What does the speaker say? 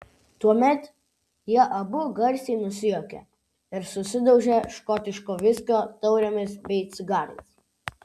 tuomet jie abu garsiai nusijuokia ir susidaužia škotiško viskio taurėmis bei cigarais